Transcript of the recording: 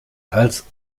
als